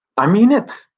i mean it.